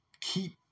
keep